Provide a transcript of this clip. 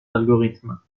algorithmes